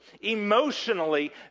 emotionally